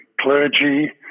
clergy